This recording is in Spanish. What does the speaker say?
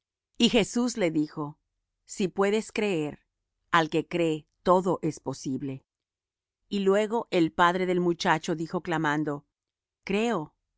y jesús le dijo si puedes creer al que cree todo es posible y luego el padre del muchacho dijo clamando creo